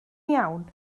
iawn